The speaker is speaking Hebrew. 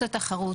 התחרות.